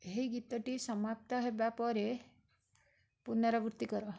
ଏହି ଗୀତଟି ସମାପ୍ତ ହେବାପରେ ପୁନରାବୃତ୍ତି କର